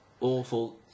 Awful